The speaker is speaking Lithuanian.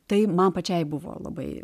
tai man pačiai buvo labai